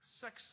sex